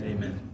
Amen